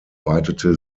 weitete